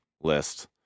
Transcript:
list